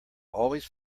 always